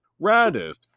raddest